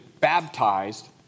baptized